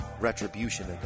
retribution